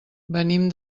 venim